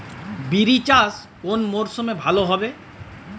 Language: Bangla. বিরি চাষ কোন মরশুমে ভালো হবে?